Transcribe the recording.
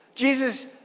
Jesus